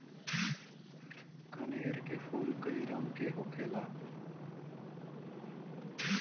कनेर के फूल कई रंग के होखेला